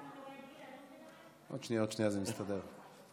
עוד שנייה זה מסתדר.